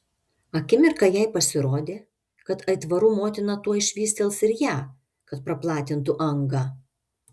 akimirką jai pasirodė kad aitvarų motina tuoj švystels ir ją kad praplatintų angą